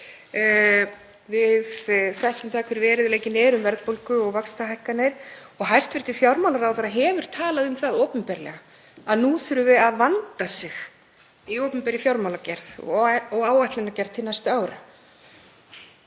Við þekkjum hver veruleikinn er um verðbólgu og vaxtahækkanir og hæstv. fjármálaráðherra hefur talað um það opinberlega að nú þurfi að vanda sig í opinberri fjármálagerð og áætlanagerð til næstu ára.